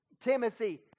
Timothy